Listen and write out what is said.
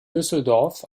düsseldorf